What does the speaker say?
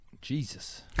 Jesus